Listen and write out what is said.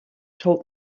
told